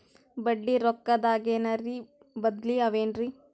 ಬಡ್ಡಿ ರೊಕ್ಕದಾಗೇನರ ಬದ್ಲೀ ಅವೇನ್ರಿ?